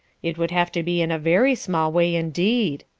it would have to be in a very small way indeed,